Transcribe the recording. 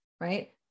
right